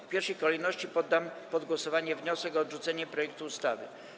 W pierwszej kolejności poddam pod głosowanie wniosek o odrzucenie projektu ustawy.